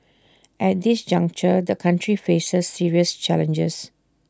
at this juncture the country faces serious challenges